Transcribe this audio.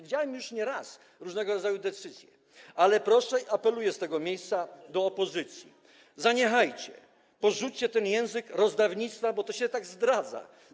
Widziałem już nie raz różnego rodzaju decyzje, ale proszę i apeluję z tego miejsca do opozycji: zaniechajcie tego, porzućcie ten język rozdawnictwa, bo to się samo zdradza.